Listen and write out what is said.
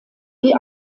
die